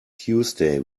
tuesday